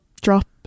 drop